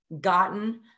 gotten